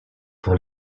pour